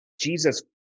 Jesus